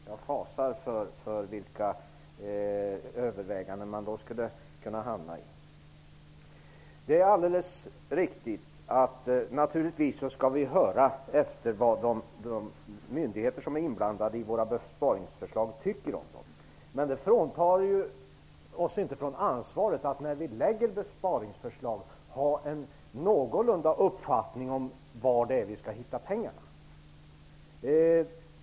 Jag fasar för de överväganden som man då skulle kunna hamna i. Naturligtvis skall vi höra efter vad de myndigheter som är inblandade i våra besparingsförslag tycker om dessa, men det fråntar oss inte ansvaret för att när vi lägger besparingsförslag ha en någorlunda uppfattning om var vi skall hitta pengarna.